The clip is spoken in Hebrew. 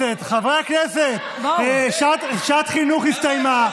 חברי הכנסת, שעת החינוך הסתיימה.